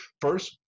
First